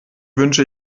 wünsche